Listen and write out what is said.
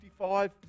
55